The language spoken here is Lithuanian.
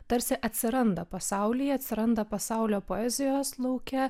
tarsi atsiranda pasaulyje atsiranda pasaulio poezijos lauke